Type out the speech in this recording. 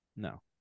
No